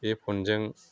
बे फ'नजों